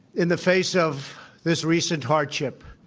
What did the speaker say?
in the face of this recent hardship.